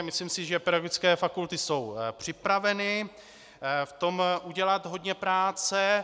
Myslím si, že pedagogické fakulty jsou připraveny v tom udělat hodně práce.